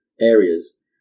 areas